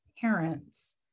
parents